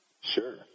Sure